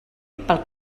pel